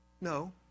No